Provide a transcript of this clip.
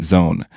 Zone